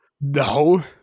No